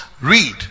read